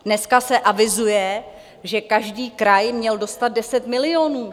Dneska se avizuje, že každý kraj měl dostat 10 milionů.